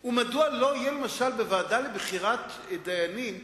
הוא בשילוב מושגים מהמשפט העברי בחקיקה המודרנית שלנו,